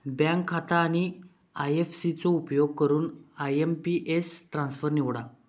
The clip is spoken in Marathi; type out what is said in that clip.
बँक खाता आणि आय.एफ.सी चो उपयोग करून आय.एम.पी.एस ट्रान्सफर निवडा